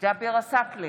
ג'אבר עסאקלה,